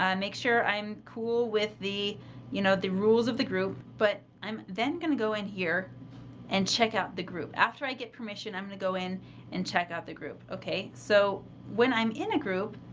make sure i'm cool with the you know, the rules of the group but i'm then going to go in here and check out the group. after i get permission, i'm going to go in and check out the group, okay. so when i'm in a group,